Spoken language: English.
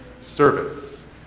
service